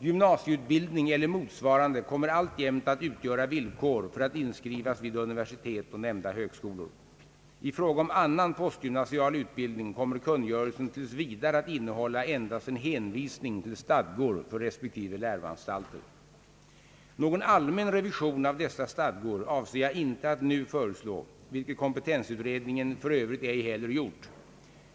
Gymnasieutbildning eller motsvarande kommer alltjämt att utgöra villkor för att inskrivas vid universitet och nämnda högskolor. I fråga om annan postgymnasial utbildning kommer kungörelsen tills vidare att innehålla endast en hänvisning till stadgor för resp. läroanstalter. Någon allmän revision av dessa stadgor avser jag inte att nu föreslå, vilket kompetensutredningen för övrigt ej heller gjort.